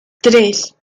tres